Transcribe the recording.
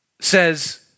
says